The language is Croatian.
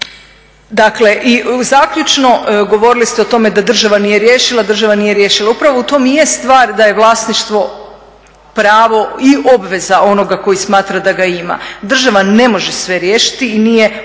I zaključno, govorili ste o tome da država nije riješila, upravo u tom i je stvar da je vlasništvo pravo i obveza onoga koji smatra da ga ima. Država ne može sve riješiti i nije uopće